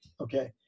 okay